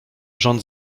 rząd